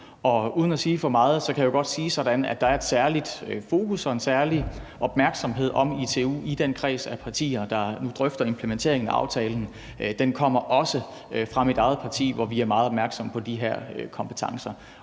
Uden at sige for meget kan jeg godt sige, at der er et særligt fokus og en særlig opmærksomhed på ITU i den kreds af partier, der nu drøfter implementeringen af aftalen. Den kommer også fra mit eget parti, hvor vi er meget opmærksomme på de her kompetencer.